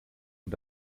und